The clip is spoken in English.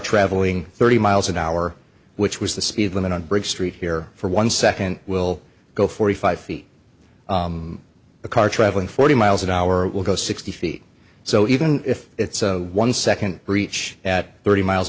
traveling thirty miles an hour which was the speed limit on bridge street here for one second will go forty five feet the car traveling forty miles an hour will go sixty feet so even if it's a one second reach at thirty miles